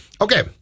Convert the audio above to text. Okay